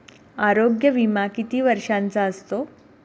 आरोग्य विमा किती वर्षांचा असतो?